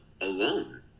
alone